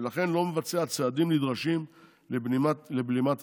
ולכן לא מבצע צעדים נדרשים לבלימת התחלואה,